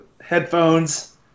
headphones